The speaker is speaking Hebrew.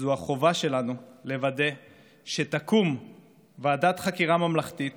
זו החובה שלנו לוודא שתקום ועדת חקירה ממלכתית